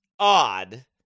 odd